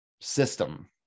system